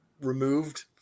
removed